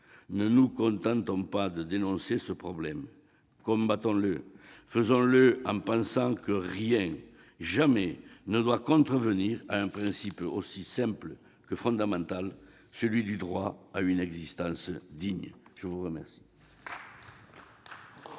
Ne nous contentons pas de dénoncer ce problème ! Combattons-le en pensant que rien, jamais, ne doit contrevenir à un principe aussi simple que fondamental, celui du droit à une existence digne. La parole